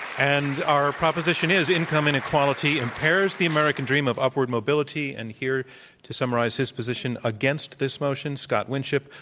and our proposition is income inequality impairs the american dream of upward mobility. and here to summarize his position against this motion, scott winship,